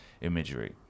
imagery